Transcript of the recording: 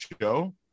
show